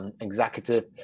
executive